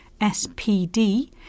SPD